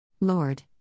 Lord